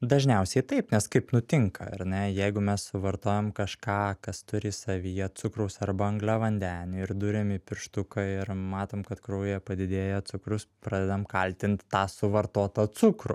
dažniausiai taip nes kaip nutinka ar ne jeigu mes suvartojam kažką kas turi savyje cukraus arba angliavandenių ir duriam į pirštuką ir matom kad kraujyje padidėja cukrus pradedam kaltint tą suvartotą cukrų